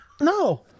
No